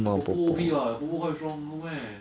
bobo okay what bobo quite strong no meh